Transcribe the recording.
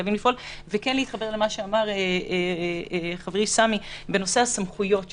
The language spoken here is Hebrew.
וכן להתחבר למה שאמר חברי סמי בנושא סמכויות הנציבות.